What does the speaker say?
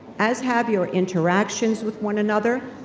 as have your interactions with one another,